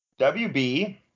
WB –